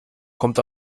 kommt